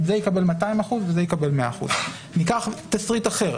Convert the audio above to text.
זה יקבל 200% וזה יקבל 100%. ניקח תסריט אחר.